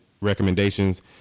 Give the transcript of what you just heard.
recommendations